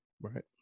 right